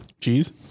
Cheese